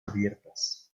abiertas